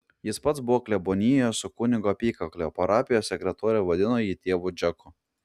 jis pats buvo klebonijoje su kunigo apykakle o parapijos sekretorė vadino jį tėvu džeku